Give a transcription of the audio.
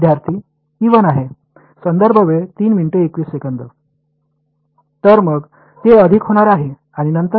विद्यार्थीः आहे तर मग ते अधिक होणार आहे आणि नंतर